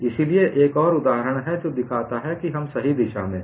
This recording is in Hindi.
इसलिए यह एक और उदाहरण है जो दिखाता है कि हम सही दिशा में हैं